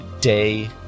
day